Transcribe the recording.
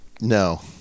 No